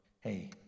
hey